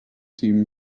team